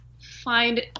find